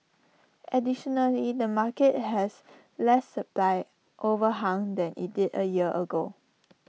additionally the market has less supply overhang than IT did A year ago